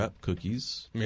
cookies